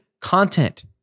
content